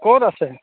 ক'ত আছে